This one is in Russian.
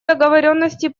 договоренности